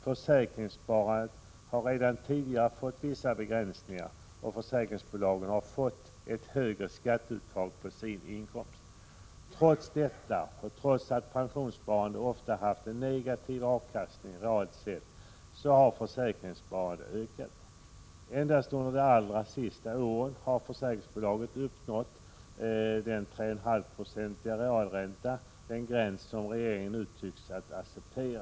Försäkringssparandet har redan tidigare fått vissa begränsningar och försäkringsbolagen har fått ett högre skatteuttag på Prot. 1986/87:48 sin inkomst. Trots detta och trots att pensionssparandet ofta har haft en 12 december 1986 negativ avkastning — realt sett — har försäkringssparandet ökat. Endstunder OG AG de allra senaste åren har försäkringsbolagen uppnått en realränta på 3,5 96, den gräns som regeringen nu tycks acceptera.